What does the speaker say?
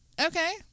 Okay